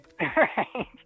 right